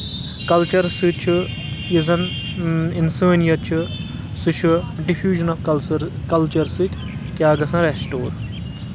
culture سۭتۍ چھُ یُس زَن اِنسٲنیَت چھِ سُہ چھُ ڈِفیوٗجَن آف کَلچَر کَلچَر سۭتۍ کیاہ گژھان رؠسٹور